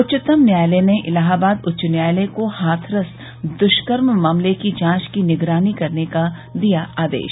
उच्चतम न्यायालय ने इलाहाबाद उच्च न्यायालय को हाथरस दुष्कर्म मामले की जांच की निगरानी करने का दिया आदेश